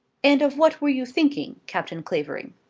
and of what were you thinking, captain clavering?